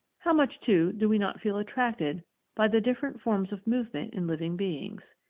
how much too do we not feel attracted by the different forms of movement in living beings?